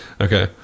Okay